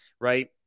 right